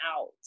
out